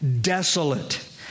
desolate